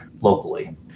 locally